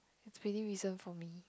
it's pretty recent for me